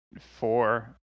four